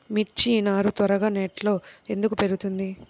మిర్చి నారు త్వరగా నెట్లో ఎందుకు పెరుగుతుంది?